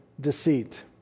deceit